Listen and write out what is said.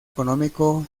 económico